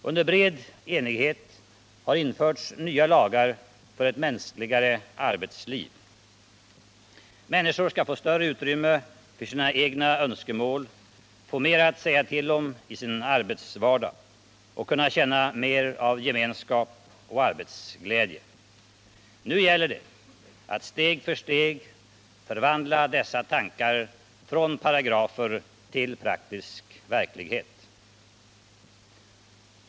Under bred enighet har införts nya lagar för ett mänskligare arbetsliv. Människor skall få större utrymme för sina egna önskemål, få mer att säga till om i sin arbetsvardag och kunna känna mer av gemenskap och arbetsglädje. Nu gäller det att steg för steg förvandla dessa tankar från paragrafer till praktisk verklighet.